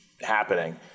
happening